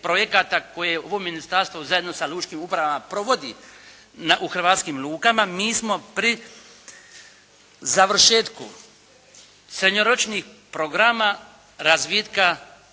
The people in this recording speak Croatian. koje ovo ministarstvo zajedno sa lučkim upravama provodi u hrvatskim lukama mi smo pri završetku srednjoročnih programa razvitka